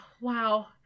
wow